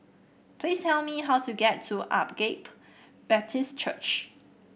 please tell me how to get to Agape Baptist Church